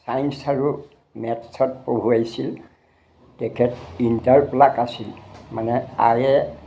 science আৰু মেথছত পঢ়ুৱাইছিল তেখেত ইণ্টাৰ প্লাক আছিল মানে আই এ